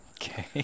Okay